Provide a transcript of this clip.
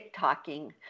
TikToking